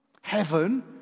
Heaven